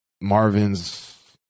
Marvin's